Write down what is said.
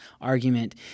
argument